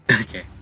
Okay